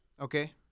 Okay